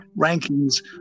rankings